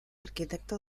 arquitecto